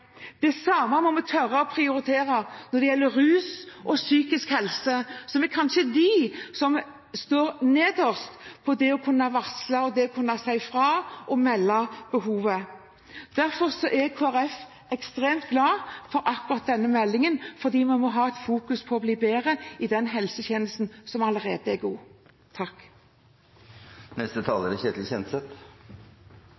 Det samme må vi tørre å prioritere når det gjelder rus og psykisk helse, som kanskje er de områdene der en står nederst når det gjelder å kunne varsle, å kunne si ifra og melde behovet. Derfor er Kristelig Folkeparti ekstremt glad for akkurat denne meldingen, fordi vi må fokusere på å bli bedre i den helsetjenesten som allerede er god.